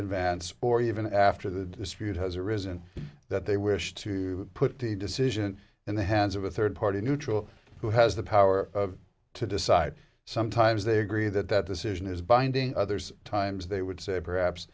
advance or even after the dispute has arisen that they wish to put the decision in the hands of a third party neutral who has the power to decide sometimes they agree that that decision is binding others times they would say perhaps